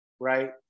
right